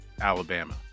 Alabama